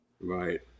right